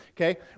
Okay